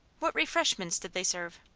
what refreshments did they serve?